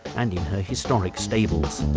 and in her historic stables.